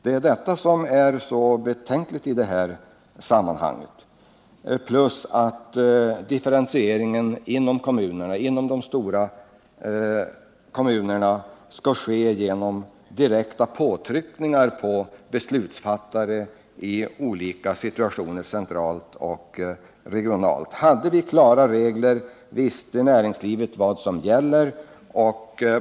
Det är det som är så betänkligt i sammanhanget tillsammans med att differentieringen inom de stora kommunerna skall ske genom direkta påtryckningar på beslutsfattare centralt och regionalt i olika situationer. Hade vi klara regler så skulle näringslivet veta vad som gäller.